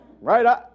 Right